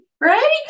right